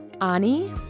Ani